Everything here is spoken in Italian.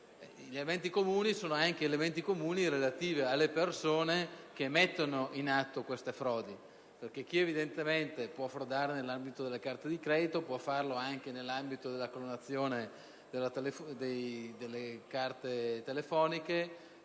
Gli elementi comuni sono anche quelli relativi alle persone che mettono in atto queste frodi perché evidentemente chi può frodare nell'ambito delle carte di credito può farlo anche nella clonazione delle carte telefoniche